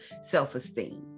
self-esteem